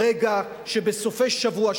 ברגע שבסופי שבוע,